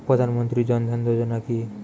প্রধান মন্ত্রী জন ধন যোজনা কি?